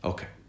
Okay